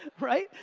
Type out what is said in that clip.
right?